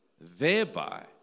thereby